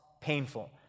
painful